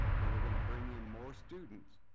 then we're gonna bring in more students.